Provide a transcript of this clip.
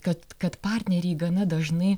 kad kad partneriai gana dažnai